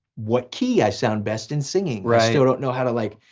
what key i sound best in singing. right don't know how to like,